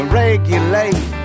regulate